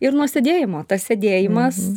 ir nuo sėdėjimo tas sėdėjimas